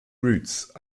routes